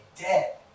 dead